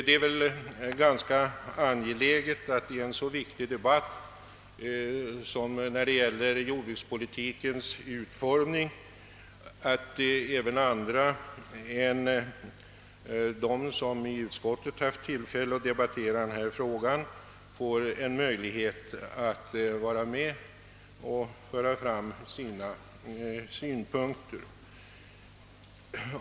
Det är ganska angeläget att i en så viktig debatt som denna om jordbrukspolitikens utformning även andra än de som i utskottet haft tillfälle att debattera denna fråga får möjlighet att vara med och föra fram sina synpunkter.